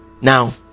Now